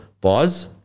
pause